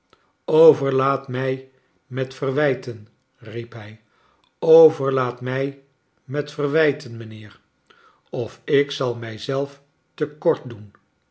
overlaad mij met verwijtenj riep hij overlaad mij met verwijten mijnheer of ik zal mij zelf te korfc doen